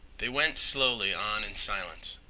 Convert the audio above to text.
they went slowly on in silence.